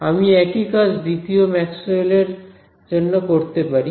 আমি একই কাজ দ্বিতীয় ম্যাক্সওয়েলস ইকোয়েশনস Maxwell's equations এর জন্য করতে পারি